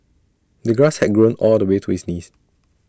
the grass had grown all the way to his knees